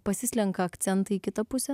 pasislenka akcentai į kitą pusę